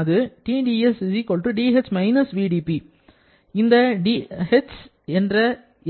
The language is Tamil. அது Tds dh − vdP இந்த h என்ற